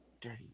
dirty